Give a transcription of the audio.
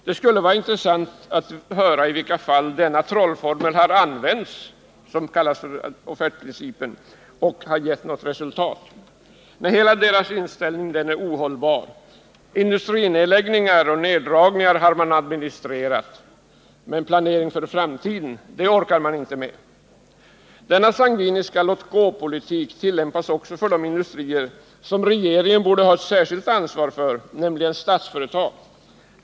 Det skulle vara intressant att höra i vilka fall denna trollformel använts hittills och gett resultat. Nej, hela denna inställning är ohållbar. Industrinedläggningar och neddragningar har man administrerat, men planering för framtiden orkar man inte med. Denna sangviniska låt-gå-politik tillämpas även för industrier som regeringen borde ha ett särskilt ansvar för, nämligen Statsföretag.